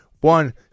One